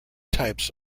types